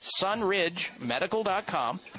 sunridgemedical.com